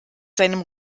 seinem